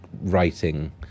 writing